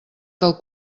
del